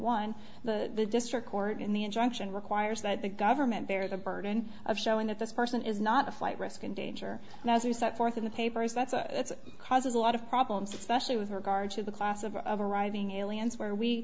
one the district court in the injunction requires that the government bear the burden of showing that this person is not a flight risk in danger and as you set forth in the papers that causes a lot of problems especially with regard to the class of of arriving aliens where we